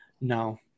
No